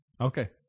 Okay